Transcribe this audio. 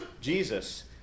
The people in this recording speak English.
Jesus